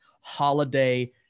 holiday